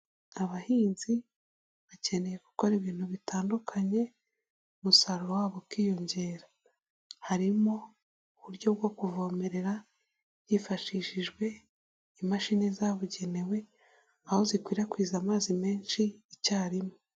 Abahinzi bakeneye gukora ibintu bitandukanye umusaruro wabo ukiyongera, harimo uburyo bwo kuvomerera hifashishijwe imashini zabugenewe aho zikwirakwiza amazi menshi icyarimwe.